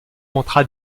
montra